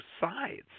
sides